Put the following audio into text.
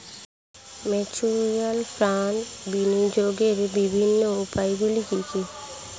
Mutual ফান্ডে বিনিয়োগের বিভিন্ন উপায়গুলি কি কি?